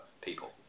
people